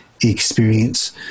experience